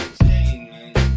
Entertainment